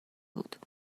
بود